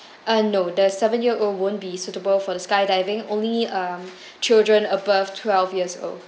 uh no the seven year old won't be suitable for the skydiving only um children above twelve years old